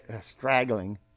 straggling